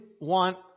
want